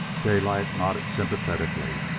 daylight nodded sympathetically,